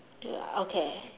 ya okay